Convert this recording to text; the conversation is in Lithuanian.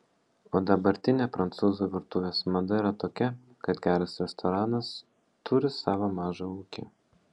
o dabartinė prancūzų virtuvės mada yra tokia kad geras restoranas turi savo mažą ūkį